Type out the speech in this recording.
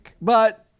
But-